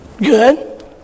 Good